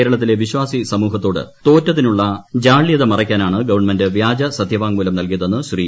കേരളത്തിലെ വിശ്വാസി സമൂഹത്തോട് തോറ്റതിനുള്ള ജാള്യത മറയ്ക്കാനാണ് ഗവൺമെന്റ് വ്യാജ സത്യവാങ്മൂലം നൽകിയതെന്ന് ശ്രീ